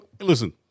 Listen